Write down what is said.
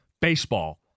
baseball